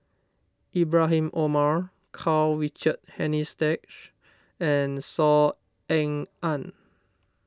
Ibrahim Omar Karl Richard Hanitsch and Saw Ean Ang